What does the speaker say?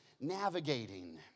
navigating